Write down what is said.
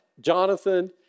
Jonathan